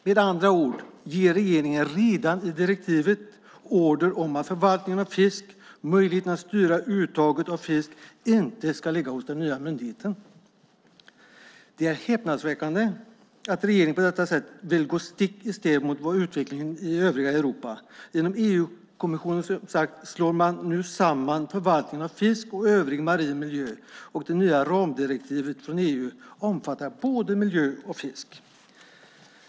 Med andra ord ger regeringen redan i direktivet order om att förvaltningen av fisk, möjligheten att styra uttaget av fisk, inte ska ligga hos den nya myndigheten. Det är häpnadsväckande att regeringen på detta sätt vill gå stick i stäv mot utvecklingen i övriga Europa. Genom EU-kommissionen, som sagt, slår man nu samman förvaltningen av fisk och förvaltningen av övrig marin miljö, och det nya ramdirektivet från EU omfattar både miljö och fisk.